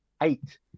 Eight